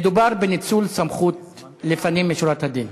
מדובר בניצול סמכות לפנים משורת הדין.